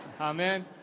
Amen